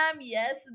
Yes